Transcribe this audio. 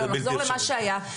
נחזור למה שהיה.